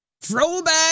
Throwback